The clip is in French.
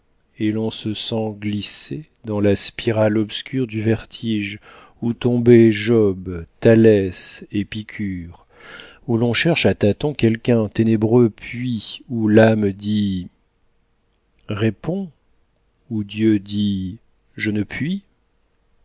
et l'on se sent glisser dans la spirale obscure du vertige où tombaient job thalès épicure où l'on cherche à tâtons quelqu'un ténébreux puits où l'âme dit réponds où dieu dit je ne puis